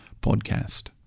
podcast